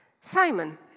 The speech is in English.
Simon